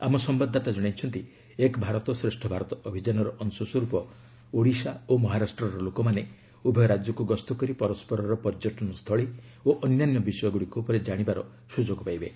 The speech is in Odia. ଆମ ସମ୍ବାଦଦାତା ଜଣାଇଛନ୍ତି ଏକ୍ ଭାରତ ଶ୍ରେଷ୍ଠ ଭାରତ ଅଭିଯାନର ଅଂଶ ସ୍ୱରୂପ ଓଡ଼ିଶା ଏବଂ ମହାରାଷ୍ଟ୍ରର ଲୋକମାନେ ଉଭୟ ରାଜ୍ୟକୁ ଗସ୍ତ କରି ପରସ୍କରର ପର୍ଯ୍ୟଟନସ୍ଥଳୀ ଓ ଅନ୍ୟାନ୍ୟ ବିଷୟ ଉପରେ ଜାଣିବାର ସୁଯୋଗ ପାଇବେ